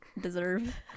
deserve